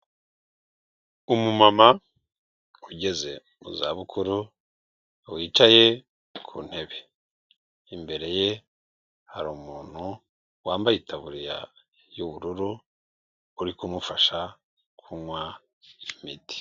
Umumama ugeze mu za bukuru wicaye ku ntebe, imbere ye hari umuntu wambaye itaburiya y'ubururu uri kumufasha kunywa imiti.